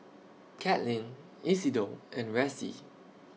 Katlyn Isidor and Ressie